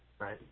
right